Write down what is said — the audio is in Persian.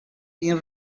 این